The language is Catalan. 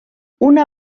una